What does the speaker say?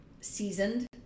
seasoned